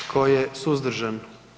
Tko je suzdržan?